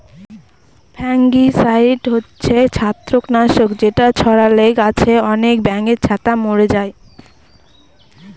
fungicide হচ্ছে ছত্রাক নাশক যেটা ছড়ালে গাছে আনেক ব্যাঙের ছাতা মোরে যায়